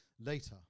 Later